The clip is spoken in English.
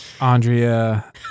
Andrea